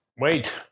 Wait